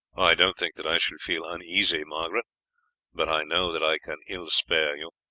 i don't think that i shall feel uneasy, margaret but i know that i can ill spare you.